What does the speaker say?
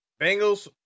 Bengals